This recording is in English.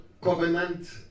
covenant